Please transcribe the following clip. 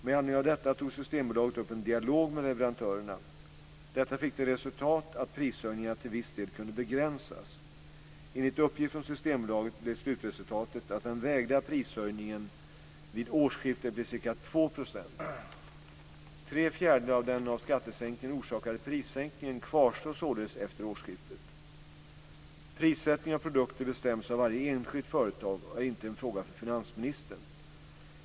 Med anledning av detta tog Systembolaget upp en dialog med leverantörerna. Detta fick till resultat att prishöjningarna till viss del kunde begränsas. Enligt uppgift från Systembolaget blev slutresultatet att den vägda prishöjningen vid årsskiftet blev ca 2 %. Tre fjärdedelar av den av skattesänkningen orsakade prissänkningen kvarstår således efter årsskiftet. Prissättning av produkter bestäms av varje enskilt företag och är inte en fråga för finansministern.